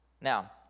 Now